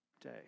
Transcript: day